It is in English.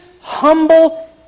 humble